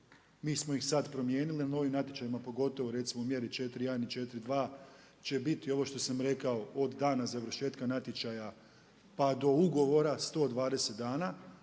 mi smo ih sada promijenili na novim natječajima pogotovo recimo u mjeri 4.1 i 4.2 će biti ovo što sam rekao od dana završetka natječaja pa do ugovora 120 dana.